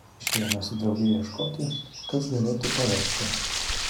išėjome su drauge ieškoti kas galėtų pavežti